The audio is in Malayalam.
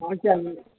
വാങ്ങിച്ചായിരുന്നോ